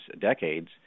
decades